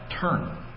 turn